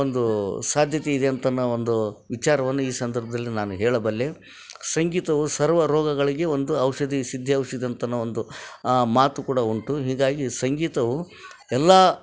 ಒಂದು ಸಾಧ್ಯತೆ ಇದೆ ಅಂತ ಅನ್ನೋ ಒಂದು ವಿಚಾರವನ್ನು ಈ ಸಂದರ್ಭದಲ್ಲಿ ನಾನು ಹೇಳಬಲ್ಲೆ ಸಂಗೀತವು ಸರ್ವ ರೋಗಗಳಿಗೆ ಒಂದು ಔಷಧಿ ಸಿದ್ಧೌಷಧಿ ಅಂತ ಅನ್ನೋ ಒಂದು ಆ ಮಾತು ಕೂಡ ಉಂಟು ಹೀಗಾಗಿ ಸಂಗೀತವು ಎಲ್ಲ